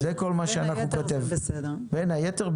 זה כל מה שאנחנו כותבים: בין היתר,